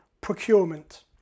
procurement